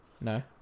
No